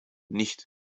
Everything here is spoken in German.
nicht